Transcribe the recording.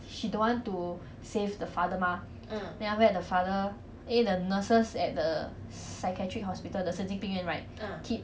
she don't want to save the father mah then after that the father eh the nurses at the psychiatric hospital the 神经病院 right keep